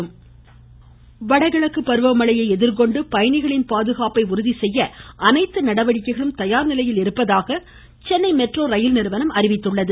ம் ம் ம் ம் ம சென்னை மெட்ரோ வடகிழக்கு பருவமழையை எதிர்கொண்டு பயணிகளின் பாதுகாப்பை உறுதிசெய்ய அனைத்து நடவடிக்கைகளும் தயார்நிலையில் இருப்பதாக சென்னை மெட்ரோ ரயில்நிறுவனம் அறிவித்துள்ளது